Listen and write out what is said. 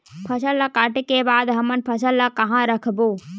फसल ला काटे के बाद हमन फसल ल कहां रखबो?